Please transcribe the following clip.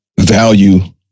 value